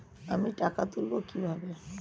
আমি টাকা তুলবো কি ভাবে?